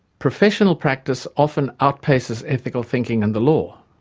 professional practice often outpaces ethical thinking and the law.